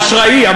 אשראי.